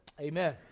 Amen